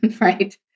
right